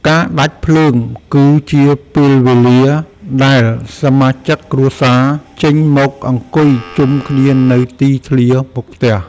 ការដាច់ភ្លើងគឺជាពេលវេលាដែលសមាជិកគ្រួសារ ចេញមកអង្គុយជុំគ្នានៅទីធ្លាមុខផ្ទះ។